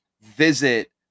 visit